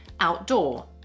outdoor